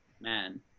man